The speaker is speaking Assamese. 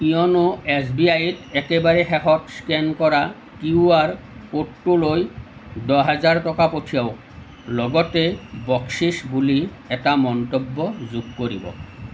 য়োন' এছ বি আইত একেবাৰে শেষত স্কেন কৰা কিউ আৰ ক'ডটোলৈ দহহাজাৰ টকা পঠিয়াওক লগতে বকচিচ বুলি এটা মন্তব্য যোগ কৰিব